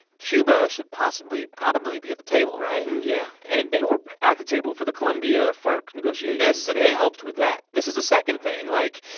cuba should possibly probably be at the table, right yeah. and they were at the table for the colombia farc negotiations that's the thing they helped with that this is the second thing. like,